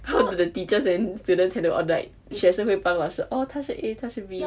so the teachers and students have to all like 学生会帮老师喔他是 A 他是 B